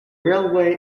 railway